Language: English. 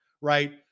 right